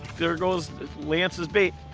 there goes lance's bait!